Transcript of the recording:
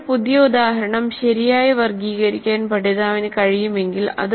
ഒരു പുതിയ ഉദാഹരണം ശരിയായി വർഗ്ഗീകരിക്കാൻ പഠിതാവിന് കഴിയുമെങ്കിൽ അത്